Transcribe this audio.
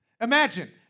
Imagine